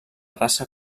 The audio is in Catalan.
raça